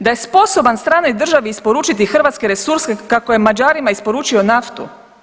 Da je sposoban stranoj državi isporučiti hrvatske resurse, kako je Mađarima isporučio naftu?